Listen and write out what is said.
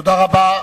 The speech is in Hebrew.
תודה רבה.